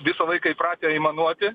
visą laiką įpratę aimanuoti